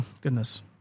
Goodness